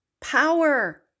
power